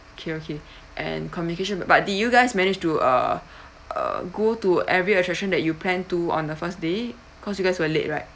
okay okay and communication but did you guys manage to uh uh go to every attraction that you planned to on the first day cause you guys were late right